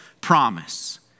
promise